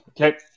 Okay